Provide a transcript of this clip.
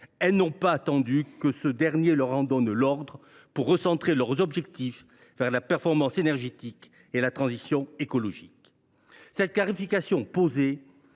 d’ailleurs pas attendu que l’État leur en donne l’ordre pour recentrer leurs objectifs vers la performance énergétique et la transition écologique. Cette clarification faite,